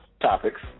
Topics